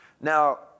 Now